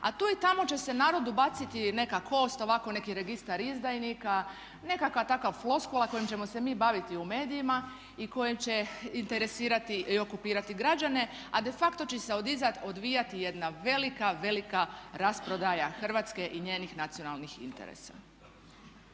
a tu i tamo će se narodu baciti neka kost, ovako neki registar izdajnika, nekakva takva floskula kojom ćemo se mi baviti u medijima i koji će interesirati i okupirati građane, a de facto će se od iza odvijati jedna velika, velika rasprodaja Hrvatske i njenih nacionalnih interesa.